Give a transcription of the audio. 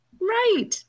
Right